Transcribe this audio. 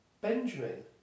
Benjamin